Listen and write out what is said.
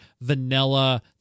vanilla